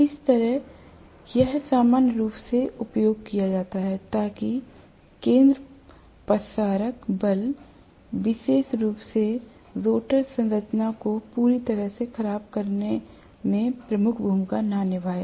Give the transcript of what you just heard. इस तरह यह सामान्य रूप से उपयोग किया जाता है ताकि केन्द्रापसारक बल विशेष रूप से रोटर संरचना को पूरी तरह से ख़राब करने में प्रमुख भूमिका न निभाएं